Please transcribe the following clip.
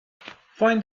find